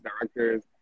directors